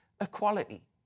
equality